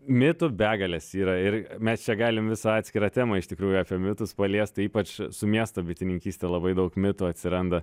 mitų begalės yra ir mes čia galim visą atskirą temą iš tikrųjų apie mitus paliest tai ypač su miesto bitininkyste labai daug mitų atsiranda